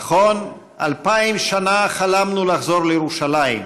נכון, אלפיים שנה חלמנו לחזור לירושלים,